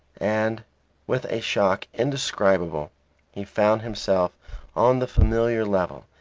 and with a shock indescribable he found himself on the familiar level,